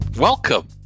Welcome